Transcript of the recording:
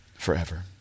forever